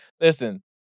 Listen